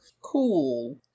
Cool